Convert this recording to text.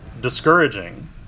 discouraging